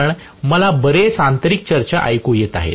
कारण मला बरेच आंतरिक चर्चा ऐकू येत आहेत